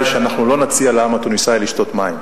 שאנחנו לא נציע לעם התוניסאי לשתות מים.